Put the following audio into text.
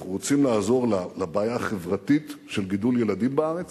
אנחנו רוצים לעזור לבעיה החברתית של גידול ילדים בארץ,